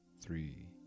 three